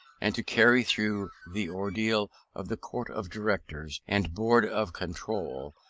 and to carry through the ordeal of the court of directors and board of control,